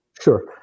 Sure